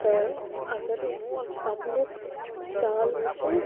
تہٕ اگر أسۍ پَکٕنُک چال وُچھو